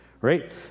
right